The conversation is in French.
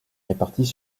répartis